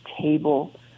table